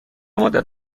مدت